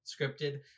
scripted